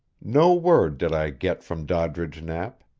no word did i get from doddridge knapp.